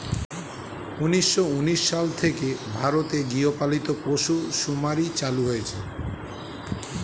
উন্নিশো উনিশ সাল থেকে ভারতে গৃহপালিত পশু শুমারি চালু হয়েছে